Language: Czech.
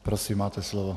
Prosím, máte slovo.